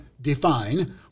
define